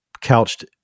couched